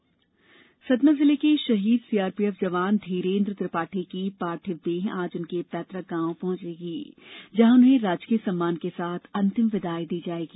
शहीद सतना जिले के शहीद सीआरपीएफ जवान धीरेन्द्र त्रिपाठी की पार्थिव देह आज उनके पैतृक गांव पहुंचेगी जहां उन्हें राजकीय सम्मान के साथ अंतिम विदाई दी जाएगी